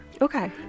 okay